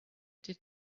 did